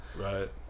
Right